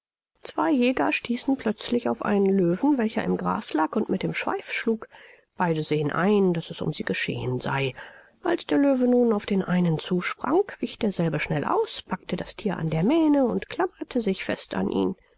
zwei jäger stießen plötzlich auf einen löwen welcher im gras lag und mit dem schweif schlug beide sehen ein daß es um sie geschehen sei als der löwe nun auf den einen zusprang wich derselbe schnell aus packte das thier an der mähne und klammerte sich fest an ihn